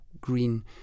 green